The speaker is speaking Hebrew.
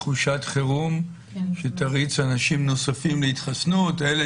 תחושת חירום שתריץ אנשים נוספים להתחסנות כאשר אלה